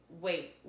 wait